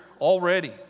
already